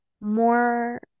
more